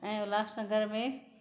ऐं उल्हासनगर में